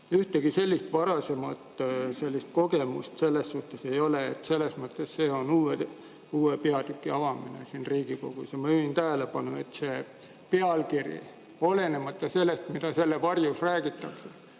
Ühtegi sellist varasemat kogemust selles suhtes ei ole. Selles mõttes on see uue peatüki avamine siin Riigikogus. Ma juhin tähelepanu, et see pealkiri, olenemata sellest, mida selle varjus räägitakse,